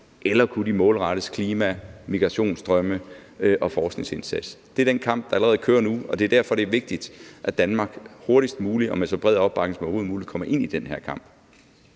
Eller kunne de målrettes klima, migrationsstrømme og forskningsindsatser? Det er den kamp, der allerede kører nu, og det er derfor, det er vigtigt, at Danmark hurtigst muligt og med så bred opbakning som overhovedet muligt kommer ind i den her kamp.